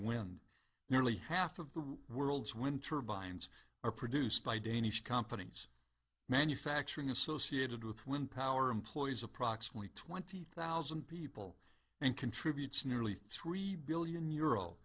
wind nearly half of the world's wind turbines are produced by danish companies manufacturing associated with wind power employs approximately twenty thousand people and contributes nearly three billion euro